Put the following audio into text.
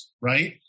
right